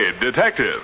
Detective